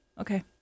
okay